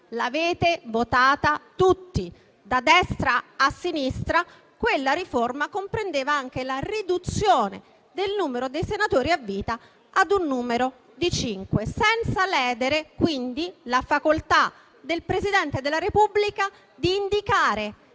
l'avete votata tutti, da destra a sinistra, comprendeva anche la riduzione del numero dei senatori a vita a cinque; ciò senza ledere la facoltà del Presidente della Repubblica di indicare